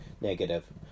negative